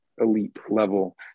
elite-level